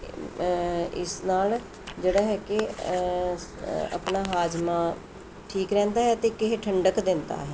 ਇਸ ਨਾਲ ਜਿਹੜਾ ਹੈ ਕਿ ਆਪਣਾ ਹਾਜ਼ਮਾ ਠੀਕ ਰਹਿੰਦਾ ਹੈ ਅਤੇ ਕਿਸੇ ਠੰਡਕ ਦਿੰਦਾ ਹੈ